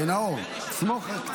נאור, סמוך.